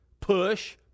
push